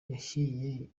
yahiye